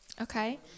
okay